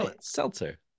seltzer